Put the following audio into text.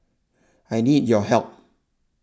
I need your help